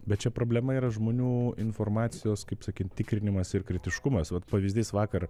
bet čia problema yra žmonių informacijos kaip sakyt tikrinimas ir kritiškumas vat pavyzdys vakar